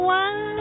one